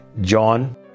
john